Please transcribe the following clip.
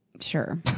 Sure